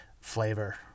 flavor